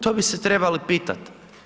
To bi se trebali pitat'